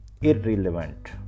irrelevant